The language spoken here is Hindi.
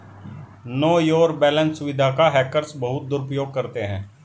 नो योर बैलेंस सुविधा का हैकर्स बहुत दुरुपयोग करते हैं